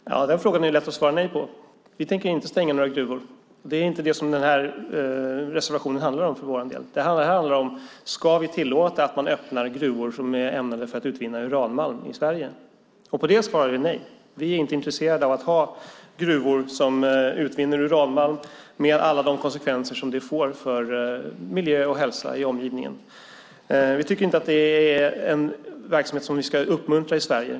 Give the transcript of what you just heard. Fru talman! Den frågan är det lätt att svara nej på. Vi tänker inte stänga några gruvor. Det är inte det reservationen handlar om för vår del. Det handlar om ifall vi ska tillåta att man öppnar gruvor ämnade till att utvinna uranmalm i Sverige. På det svarar vi nej. Vi är inte intresserade av att ha gruvor där det utvinns uranmalm med alla de konsekvenser som det får för miljö och hälsa i omgivningen. Vi tycker inte att det är en verksamhet som vi ska uppmuntra i Sverige.